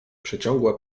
przeciągła